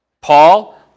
Paul